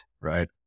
right